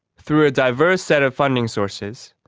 through a diverse set of funding sources,